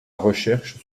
recherche